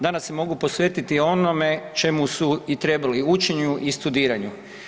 Danas se mogu posvetiti onome čemu su i trebali, učenju i studiranju.